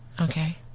Okay